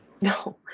no